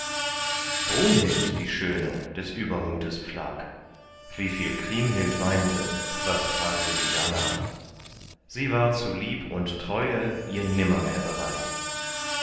brunhild die schöne des übermutes pflag wie viel kriemhild weinte was fragte sie darnach sie war zu lieb und treue ihr nimmermehr bereit